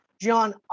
john